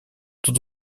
тут